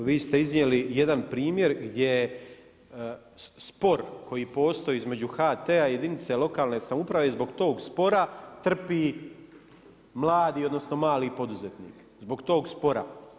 Kolegice vi ste iznijeli jedan primjer gdje spor koji postoji između HT-a i jedinice lokalne samouprave i zbog tog spora trpi mladi, odnosno mali poduzetnik, zbog tog spora.